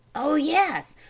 oh, yes!